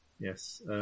Yes